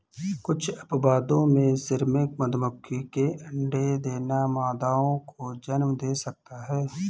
कुछ अपवादों में, श्रमिक मधुमक्खी के अंडे देना मादाओं को जन्म दे सकता है